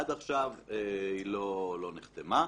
עד עכשיו היא לא נחתמה.